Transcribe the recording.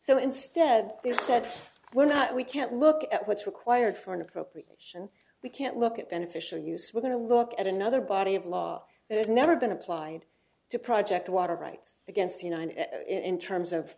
so instead they said we're not we can't look at what's required for an appropriation we can't look at beneficial use we're going to look at another body of law that has never been applied to project water rights against you know in terms of